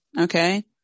okay